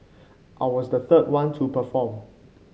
I was the third one to perform